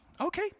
Okay